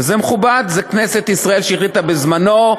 וזה מכובד, כנסת ישראל החליטה את זה בזמנו,